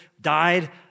died